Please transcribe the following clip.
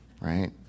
right